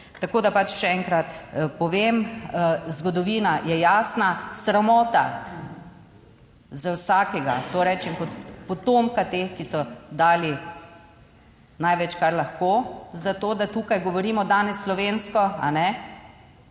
Tako, da pač, še enkrat povem, zgodovina je jasna. Sramota za vsakega, to rečem kot potomka teh, ki so dali največ kar lahko za to, da tukaj govorimo danes slovensko, kot